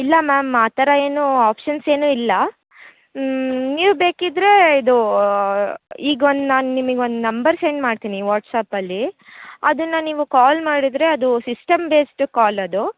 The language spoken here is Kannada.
ಇಲ್ಲ ಮ್ಯಾಮ್ ಆ ಥರ ಏನೂ ಆಪ್ಶನ್ಸ್ ಏನೂ ಇಲ್ಲ ನೀವು ಬೇಕಿದ್ರೆ ಇದು ಈಗ ಒಂದು ನಾನು ನಿಮಗೆ ಒಂದು ನಂಬರ್ ಸೆಂಡ್ ಮಾಡ್ತೀನಿ ವಾಟ್ಸ್ಆ್ಯಪಲ್ಲಿ ಅದನ್ನ ನೀವು ಕಾಲ್ ಮಾಡಿದರೆ ಅದು ಸಿಸ್ಟಮ್ ಬೇಸ್ಡ್ ಕಾಲ್ ಅದು